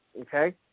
Okay